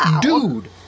dude